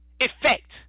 effect